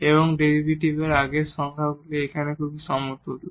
এবং ডেরিভেটিভের আগের সংজ্ঞা এগুলো আসলে সমতুল্য